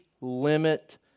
limit